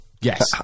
yes